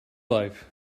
life